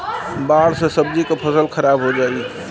बाढ़ से सब्जी क फसल खराब हो जाई